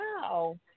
Wow